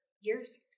years